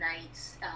nights